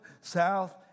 south